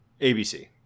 ABC